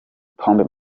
pombe